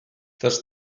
das